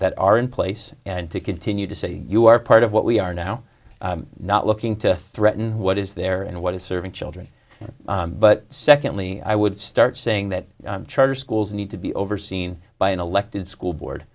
that are in place and to continue to say you are part of what we are now not looking to threaten what is there and what is serving children but secondly i would start saying that charter schools need to be overseen by in a low school board